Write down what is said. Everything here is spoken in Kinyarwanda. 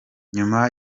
nyuma